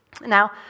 Now